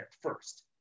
first